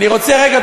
אני רוצה רגע,